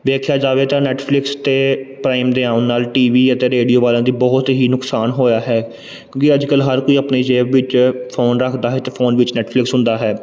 ਵੇਖਿਆ ਜਾਵੇ ਤਾਂ ਨੈਟਫਲਿਕਸ ਅਤੇ ਪ੍ਰਾਈਮ ਦੇ ਆਉਣ ਨਾਲ ਟੀ ਵੀ ਅਤੇ ਰੇਡੀਓ ਵਾਲਿਆਂ ਦਾ ਬਹੁਤ ਹੀ ਨੁਕਸਾਨ ਹੋਇਆ ਹੈ ਕਿਉਂਕਿ ਅੱਜ ਕੱਲ੍ਹ ਹਰ ਕੋਈ ਆਪਣੀ ਜੇਬ ਵਿੱਚ ਫੋਨ ਰੱਖਦਾ ਹੈ ਅਤੇ ਫੋਨ ਵਿੱਚ ਨੈਟਫਲਿਕਸ ਹੁੰਦਾ ਹੈ